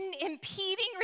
impeding